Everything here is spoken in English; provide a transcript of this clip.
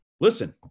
listen